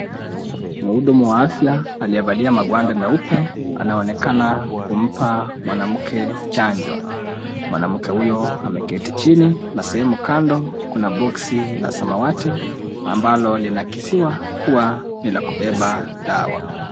Mhudumu wa afya aliyevalia magwanda meupe anaonekana kumpa mwanamke chanjo, mwanamke huyo ameketi chini, na sehemu kando kuna boksi la samawati ambalo linakisiwa kuwa ni la kubeba dawa.